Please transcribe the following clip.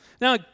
Now